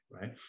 right